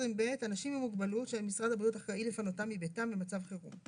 20ב. אנשים עם מוגבלות שמשרד הבריאות אחראי לפנותם מביתם במצב חירום.